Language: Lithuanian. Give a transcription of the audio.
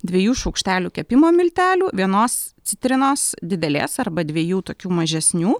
dviejų šaukštelių kepimo miltelių vienos citrinos didelės arba dviejų tokių mažesnių